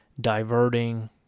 diverting